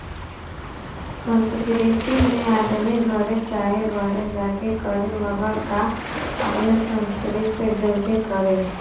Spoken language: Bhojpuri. सांस्कृतिक में आदमी घरे चाहे बाहरे जा के करे मगर काम अपने संस्कृति से जुड़ के करे